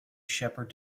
shepherd